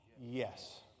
Yes